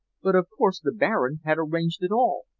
but of course the baron had arranged it all,